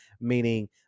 meaning